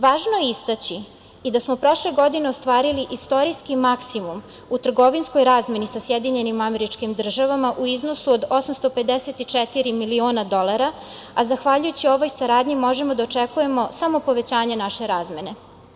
Važno je istaći i da smo prošle godine ostvarili istorijski maksimum u trgovinskoj razmeni sa SAD u iznosu od 854 miliona dolara, a zahvaljujući ovoj saradnji možemo da očekujemo samo povećanje naše razmene.